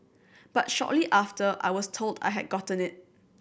but shortly after I was told I had gotten it